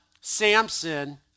Samson